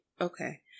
Okay